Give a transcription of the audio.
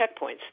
checkpoints